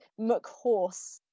McHorse